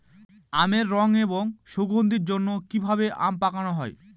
আমের রং এবং সুগন্ধির জন্য কি ভাবে আম পাকানো হয়?